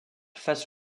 face